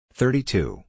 thirty-two